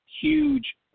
huge